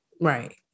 right